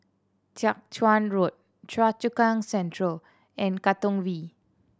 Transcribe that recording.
Jiak Chuan Road Choa Chu Kang Central and Katong V